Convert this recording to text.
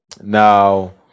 Now